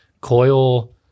coil